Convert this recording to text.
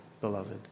beloved